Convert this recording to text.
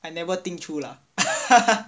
I never think through lah